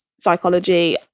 psychology